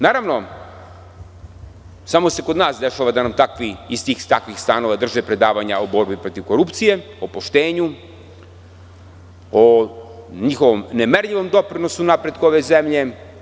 Naravno, samo se kod nas dešava da nam takvi, iz tih takvih stanova drže predavanja o borbi protiv korupcije, o poštenju, o njihovom nemerljivom doprinosu napretku ove zemlje.